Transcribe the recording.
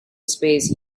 space